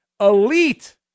elite